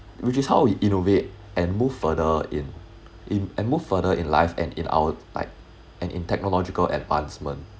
which is how we innovate and move further in in and move further in life and in our like and in technological advancement